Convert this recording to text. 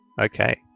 Okay